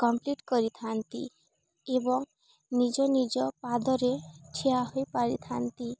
complete କରିଥାନ୍ତି ଏବଂ ନିଜ ନିଜ ପାଦରେ ଠିଆ ହୋଇପାରିଥାନ୍ତି